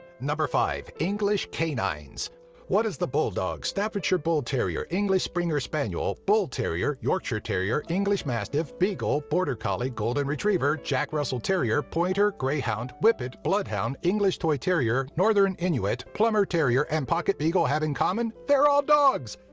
five. english canines what does the bulldog, staffordshire bull terrier, english springer spaniel, bull terrier, yorkshire terrier, english mastiff, beagle, border collie, golden retriever, jack russell terrier, pointer, greyhound, whippet, bloodhound, english toy terrier, northern inuit, plummer terrier and pocket beagle have in common? they're all dogs!